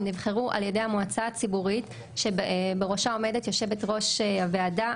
הן נבחרו על ידי המועצה הציבורית שבראשה עומדת יושבת-ראש הוועדה,